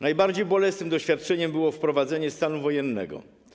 Najbardziej bolesnym doświadczeniem było wprowadzenie stanu wojennego.